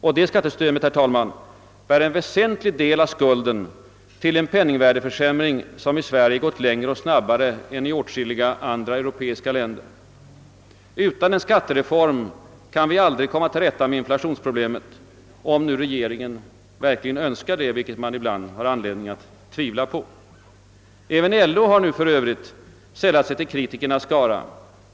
Och det skattesystemet, herr talman, bär en väsentlig del av skulden till en penningvärdeförsämring som i Sverige gått längre och snabbare än i åtskilliga andra europeiska länder. Utan en skattereform kan vi aldrig komma till rätta med inflationsproblemet — om nu regeringen verkligen önskar detta, vilket man ibland har anledning att tvivla på. även LO har för övrigt nu sällat sig till kritikernas skara.